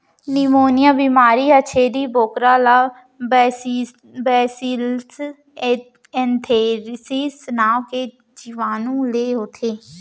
pneumonia बेमारी ह छेरी बोकरा ला बैसिलस एंथ्रेसिस नांव के जीवानु ले होथे